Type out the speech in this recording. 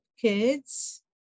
kids